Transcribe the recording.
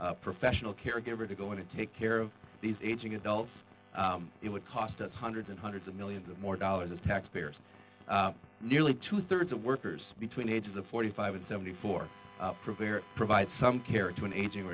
a professional caregiver to go in and take care of these aging adults it would cost us hundreds and hundreds of millions of more dollars as taxpayers nearly two thirds of workers between the ages of forty five and seventy four provide some care to an aging